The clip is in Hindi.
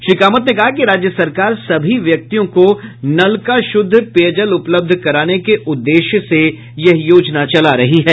श्री कामत ने कहा कि राज्य सरकार सभी व्यक्तियों को नल का शुद्ध पेयजल उपलब्ध कराने के उद्देश्य से यह योजना चला रही है